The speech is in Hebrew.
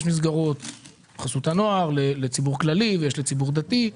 יש מסגרות של חסות הנוער לציבור כללי ויש לציבור דתי.